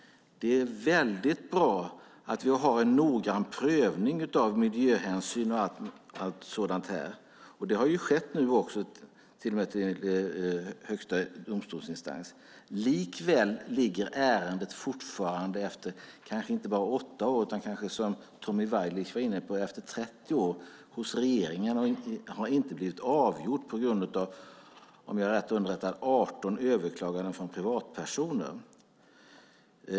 Det är väldigt bra att vi har en noggrann prövning av miljöhänsyn i allt sådant här, och det har nu också skett till och med i högsta domstolsinstans. Likväl ligger ärendet fortfarande efter kanske inte bara 8 år utan, som Tommy Waidelich var inne på, 30 år hos regeringen och har inte blivit avgjort. Det är om jag är rätt underrättad på grund av 18 överklaganden från privatpersoner.